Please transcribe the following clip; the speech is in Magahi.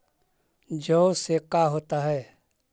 जौ से का होता है?